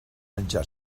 menjar